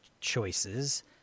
choices